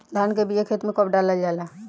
धान के बिया खेत में कब डालल जाला?